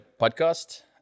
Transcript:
podcast